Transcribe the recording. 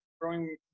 Growing